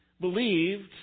believed